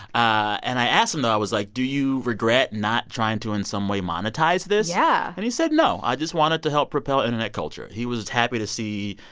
and i asked him, though. i was, like, do you regret not trying to, in some way, monetize this? yeah and he said, no, i just wanted to help propel internet culture. he was happy to see,